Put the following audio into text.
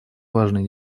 важной